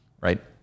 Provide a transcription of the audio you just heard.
right